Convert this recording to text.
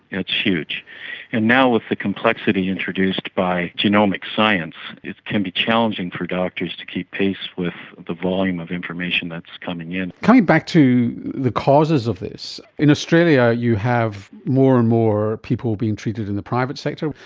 it's huge and now with the complexity introduced by genomic science, it can be challenging for doctors to keep pace with the volume of information that is coming in. coming back to the causes of this, in australia you have more and more people being treated in the private sector.